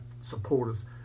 supporters